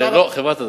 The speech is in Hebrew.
לא, חברת הדואר.